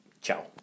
Ciao